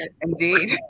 indeed